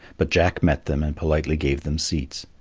but jack met them and politely gave them seats.